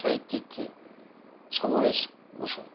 সাহিত্যিককে Samaresh Basu